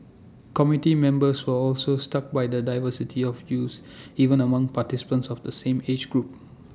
committee members were also stuck by the diversity of views even among participants of the same age group